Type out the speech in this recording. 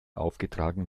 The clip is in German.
aufgetragen